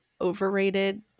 overrated